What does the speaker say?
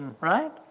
right